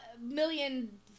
million